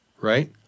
Right